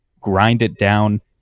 grind-it-down